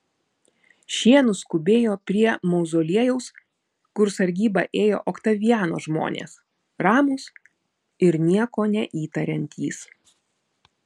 šie nuskubėjo prie mauzoliejaus kur sargybą ėjo oktaviano žmonės ramūs ir nieko neįtariantys